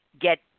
get